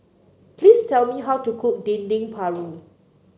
please tell me how to cook Dendeng Paru